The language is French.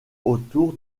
autour